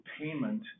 payment